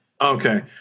Okay